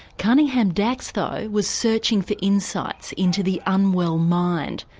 cunningham dax, though, was searching for insights into the unwell mind,